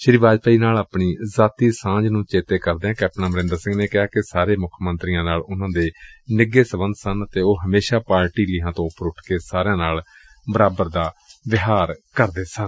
ਸ੍ਰੀ ਵਾਜਪਾਈ ਨਾਲ ਆਪਣੀ ਜ਼ਾਤੀ ਸਾਂਝ ਨੂੰ ਚੇਤੇ ਕਰਦਿਆਂ ਕੈਪਟਨ ਅਮਰਿੰਦਰ ਸਿੰਘ ਨੇ ਕਿਹਾ ਕਿ ਸਾਰੇ ਮੁੱਖ ਮੰਤਰੀਆਂ ਨਾਲ ਉਨਾਂ ਦੇ ਨਿੱਘੇ ਸਬੰਧ ਸਨ ਅਤੇ ਉਹ ਹਮੇਸ਼ਾ ਪਾਰਟੀ ਲੀਹਾਂ ਤੋਂ ਉਪਰ ਉੱਠ ਕੇ ਸਾਰਿਆਂ ਨਾਲ ਬਰਾਬਰ ਵਿਹਾਰ ਕਰਦੇ ਸਨ